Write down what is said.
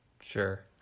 Sure